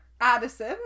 Addison